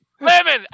Lemon